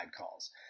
calls